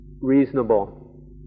reasonable